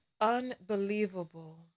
unbelievable